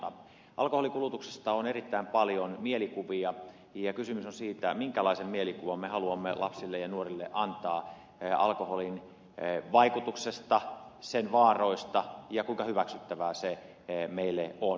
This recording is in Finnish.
alkoholinkulutuksesta on erittäin paljon mielikuvia ja kysymys on siitä minkälaisen mielikuvan me haluamme lapsille ja nuorille antaa alkoholin vaikutuksesta sen vaaroista ja kuinka hyväksyttävää se meille on